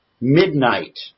midnight